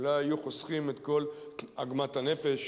אולי היו חוסכים את כל עוגמת הנפש.